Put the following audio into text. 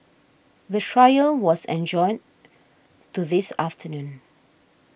the trial was adjourned to this afternoon